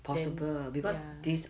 then ya